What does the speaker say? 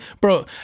bro